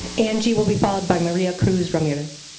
angie will be followed by maria cruz-ramirez.